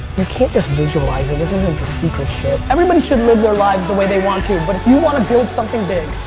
you can't just visualize it. this isn't the secret shit. everybody should live their lives the way they want to. but if you want to build something big,